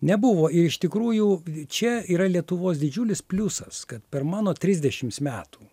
nebuvo ir iš tikrųjų čia yra lietuvos didžiulis pliusas kad per mano trisdešims metų